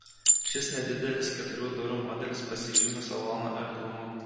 šis nedidelis keturių durų modelis pasižymi salono erdvumu